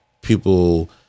people